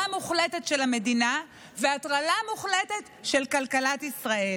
מוחלטת של המדינה והטרלה מוחלטת של כלכלת ישראל,